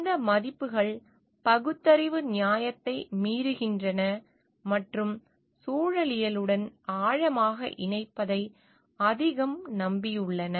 இந்த மதிப்புகள் பகுத்தறிவு நியாயத்தை மீறுகின்றன மற்றும் சூழலியலுடன் ஆழமாக இணைப்பதை அதிகம் நம்பியுள்ளன